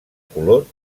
color